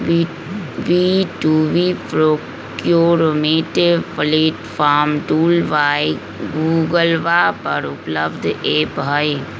B two B procurement platform tool by गूगलवा पर उपलब्ध ऐप हई